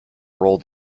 rolled